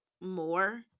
more